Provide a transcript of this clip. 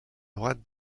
droite